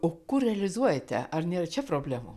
o kur realizuojate ar nėra čia problemų